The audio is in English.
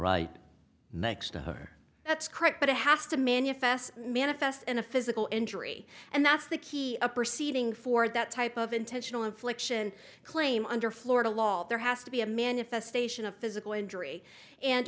right next to her that's correct but it has to manufacture manifest in a physical injury and that's the key a perceiving for that type of intentional infliction claim under florida law there has to be a manifestation of physical injury and